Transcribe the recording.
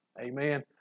Amen